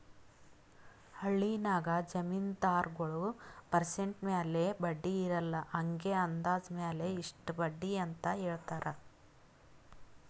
ಹಳ್ಳಿನಾಗ್ ಜಮೀನ್ದಾರಗೊಳ್ ಪರ್ಸೆಂಟ್ ಮ್ಯಾಲ ಬಡ್ಡಿ ಇರಲ್ಲಾ ಹಂಗೆ ಅಂದಾಜ್ ಮ್ಯಾಲ ಇಷ್ಟ ಬಡ್ಡಿ ಅಂತ್ ಹೇಳ್ತಾರ್